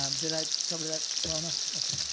um did i cover that well enough? okay,